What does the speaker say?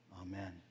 Amen